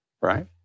Right